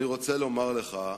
אני רוצה לומר לך,